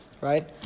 Right